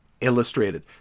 Illustrated